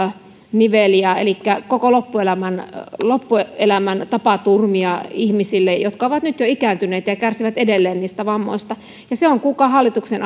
niveliä elikkä koko loppuelämän loppuelämän tapaturmia ihmisille jotka ovat nyt jo ikääntyneitä ja kärsivät edelleen niistä vammoista ja se on kuulkaa hallituksen